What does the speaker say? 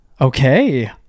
Okay